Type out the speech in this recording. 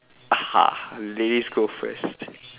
haha ladies go first